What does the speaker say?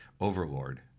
overlord